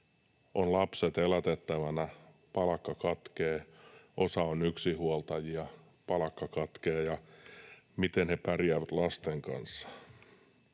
on lapset elätettävänä ja palkka katkeaa, kun osa on yksinhuoltajia ja palkka katkeaa, miten ne pärjäävät lasten kanssa.